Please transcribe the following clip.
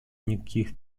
никаких